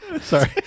Sorry